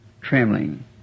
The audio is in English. trembling